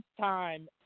time